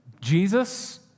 Jesus